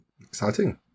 Exciting